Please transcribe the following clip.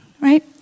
right